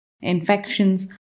infections